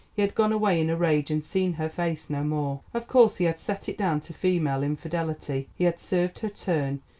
he had gone away in a rage and seen her face no more. of course he had set it down to female infidelity he had served her turn,